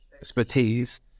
expertise